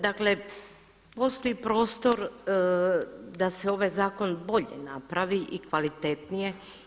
Dakle postoji prostor da se ovaj zakon bolje napravi i kvalitetnije.